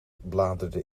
bladerde